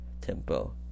tempo